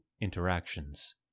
interactions